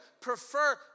prefer